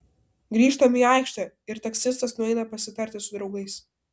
grįžtam į aikštę ir taksistas nueina pasitarti su draugais